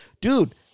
Dude